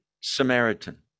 Samaritan